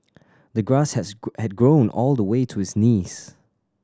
the grass has had grown all the way to his knees